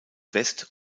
west